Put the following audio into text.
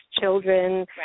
children